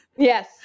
Yes